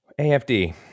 AFD